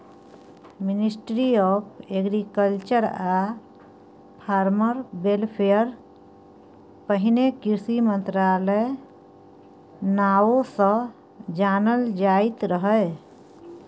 ministry of agriculture आ farmer welfare पहिने कृषि मंत्रालय नाओ सँ जानल जाइत रहय